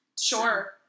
sure